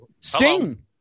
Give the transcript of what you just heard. Sing